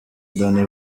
danny